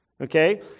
okay